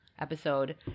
episode